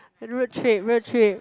road trip road trip